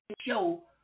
show